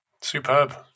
Superb